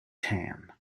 tan